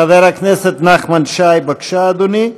חבר הכנסת נחמן שי, בבקשה, אדוני.